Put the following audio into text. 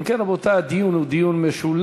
אם כן, רבותי, הדיון הוא דיון משולב.